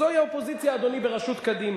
וזוהי האופוזיציה, אדוני, בראשות קדימה.